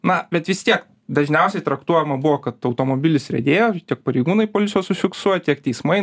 na bet vis tiek dažniausiai traktuojama buvo kad automobilis riedėjo tiek pareigūnai policijos užfiksuoja tiek teismai